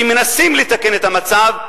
שמנסים לתקן את המצב,